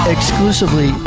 Exclusively